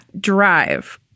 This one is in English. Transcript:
drive